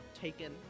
taken